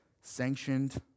sanctioned